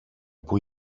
πού